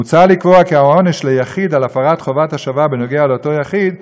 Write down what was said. מוצע לקבוע כי העונש ליחיד על הפרת חובת השבה בנוגע לאותו יחיד,